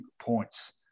points